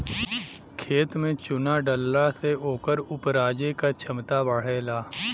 खेत में चुना डलला से ओकर उपराजे क क्षमता बढ़ेला